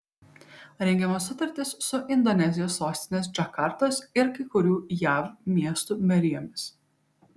rengiamos sutartys su indonezijos sostinės džakartos ir kai kurių jav miestų merijomis